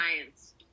science